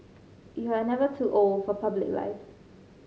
you are never too old for public life